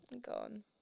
Gone